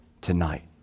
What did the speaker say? tonight